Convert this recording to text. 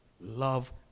Love